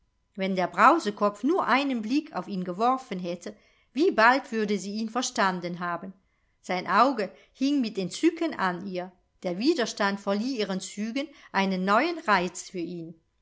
wenn der brausekopf nur einen blick auf ihn geworfen hätte wie bald würde sie ihn verstanden haben sein auge hing mit entzücken an ihr der widerstand verlieh ihren zügen einen neuen reiz für ihn